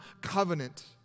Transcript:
covenant